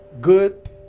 good